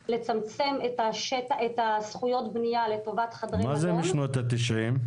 לצמצם את זכויות הבנייה לטובת חדרי מלון -- מה זה משנות ה-90?